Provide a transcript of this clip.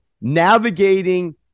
navigating